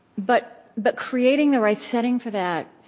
but but creating the right setting for that,